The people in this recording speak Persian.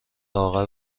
لاغر